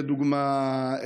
לדוגמה,